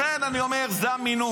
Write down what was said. לכן אני אומר, זה המינון.